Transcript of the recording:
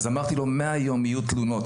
אמרתי לו: מהיום יהיו תלונות.